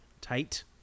tight